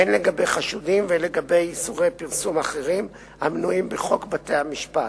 הן לגבי חשודים והן לגבי איסורי פרסום אחרים המנויים בחוק בתי-המשפט,